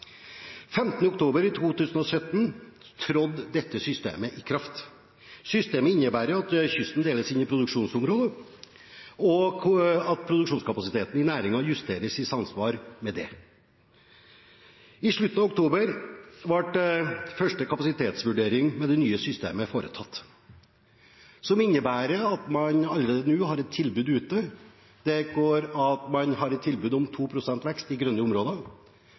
2017 trådte dette systemet i kraft. Systemet innebærer at kysten deles inn i produksjonsområder, og at produksjonskapasiteten i næringen justeres i samsvar med det. I slutten av oktober ble første kapasitetsvurdering med det nye systemet foretatt, som innebærer at man allerede nå har et tilbud ute, om 2 pst. vekst i grønne områder på eksisterende biomasse. Senere i